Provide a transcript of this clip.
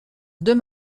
deux